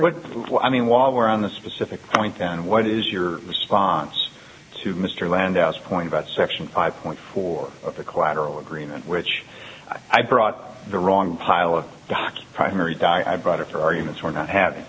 what i mean while we're on the specific point on what is your response to mr landau's point about section five point four of the collateral agreement which i brought the wrong pile of doc primary doc i brought her arguments for not having